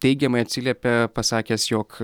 teigiamai atsiliepia pasakęs jog